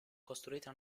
costruita